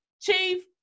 Chief